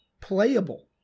playable